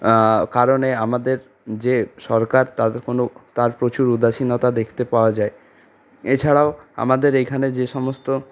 কারণে আমাদের যে সরকার তারও কোনো তার প্রচুর উদাসীনতা দেখতে পাওয়া যায় এছাড়াও আমাদের এইখানে যে সমস্ত